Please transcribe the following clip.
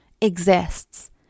exists